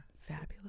Fabulous